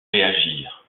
réagir